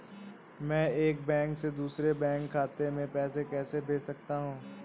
मैं एक बैंक से दूसरे बैंक खाते में पैसे कैसे भेज सकता हूँ?